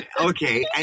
okay